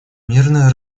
мирное